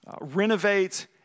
renovate